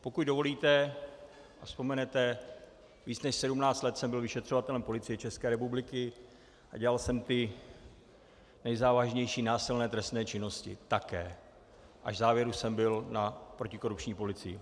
Pokud dovolíte a vzpomenete, víc než sedmnáct let jsem byl vyšetřovatelem Policie České republiky a dělal jsem nejzávažnější násilné trestné činnosti také, až v závěru jsem byl na protikorupční policii.